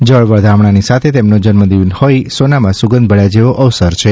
જળ વધામણાંની સાથે તેમનો જન્મદિન હોઈ સોનામાં સુગંધ ભબ્યા જેવો અવસર છે